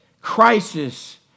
crisis